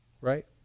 Right